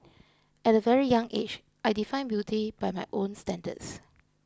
at a very young age I defined beauty by my own standards